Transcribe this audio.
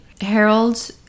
harold